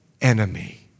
enemy